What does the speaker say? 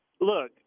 Look